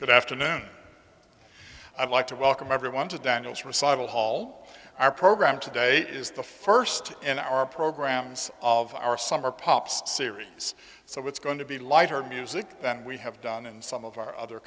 good afternoon i'd like to welcome everyone to daniel's recital hall our program today is the first in our programs of our summer pops series so it's going to be lighter abuses that we have done in some of our other